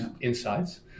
insights